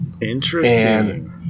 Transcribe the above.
interesting